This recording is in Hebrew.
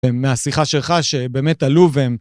מהשיחה שלך שבאמת תלו והם...